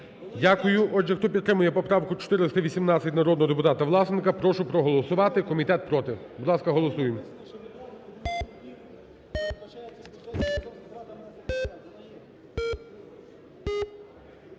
Дякую. Отже, хто підтримує поправку 418 народного депутата Власенка, прошу проголосувати. Комітет проти. Будь ласка, голосуємо.